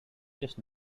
just